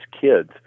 kids